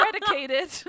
predicated